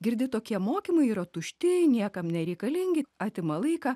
girdi tokie mokymai yra tušti niekam nereikalingi atima laiką